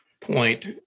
point